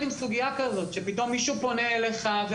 עם סוגיה כזו כשמישהו פתאום פונה אליהם.